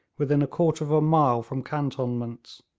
within a quarter of a mile from cantonments.